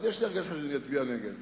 יש לי הרגשה שאני אצביע נגד.